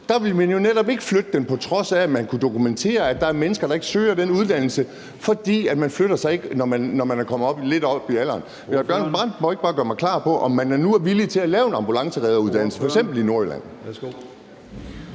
Man ville jo netop ikke flytte den, på trods af at det kunne dokumenteres, at der er mennesker, der ikke søger den uddannelse, fordi man ikke flytter sig, når man er kommet lidt op i alderen. Kan hr. Bjørn Brandenborg ikke bare gøre mig klar på, om man nu er villig til at lave en ambulanceredderuddannelse, f.eks. i Nordjylland?